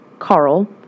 Carl